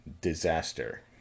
Disaster